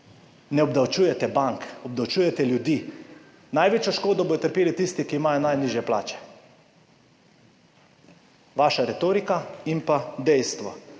Ne obdavčujete bank, obdavčujete ljudi. Največjo škodo bodo trpeli tisti, ki imajo najnižje plače. To je vaša retorika in dejstvo.